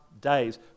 days